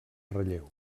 relleu